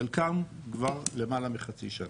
חלקם כבר למעלה מחצי שנה.